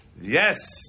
Yes